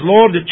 Lord